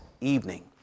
evening